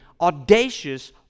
audacious